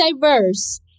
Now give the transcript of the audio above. diverse